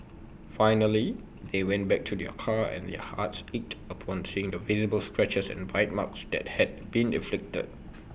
finally they went back to their car and their hearts ached upon seeing the visible scratches and bite marks that had been inflicted